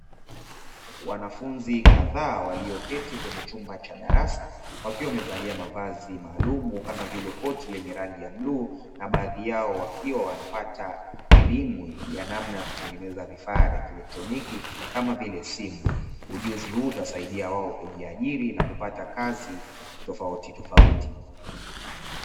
Wanafunzi kadhaa waliyoketi kwenye chumba cha darasa, wakiwa wamevalia mavazi maalumu kama vile koti lenye rangi ya bluu na baadhi yao wakiwa wanapata elimu ya namna ya kutengeneza vifaa vya kielektroniki kama vile simu, ujuzi huu utasaidia wao kujiajiri na kupata kazi tofautitofauti.